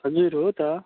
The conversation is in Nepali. हजुर हो त